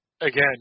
again